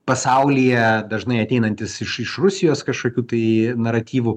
pasaulyje dažnai ateinantis iš iš rusijos kažkokiu tai naratyvu